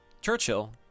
Churchill